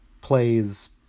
plays